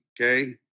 okay